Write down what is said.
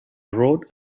wrote